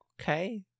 Okay